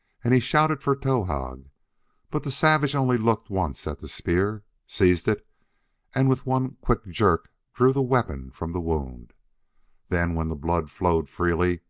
and he shouted for towahg. but the savage only looked once at the spear, seized it and with one quick jerk drew the weapon from the wound then, when the blood flowed freely,